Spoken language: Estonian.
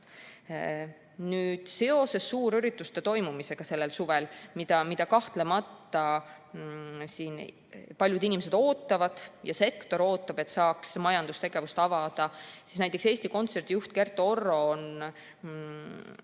Seoses suurürituste toimumisega sellel suvel, mida kahtlemata paljud inimesed ootavad ja ka sektor ootab, et saaks majandustegevuse avada, on näiteks Eesti Kontserdi juht Kertu Orro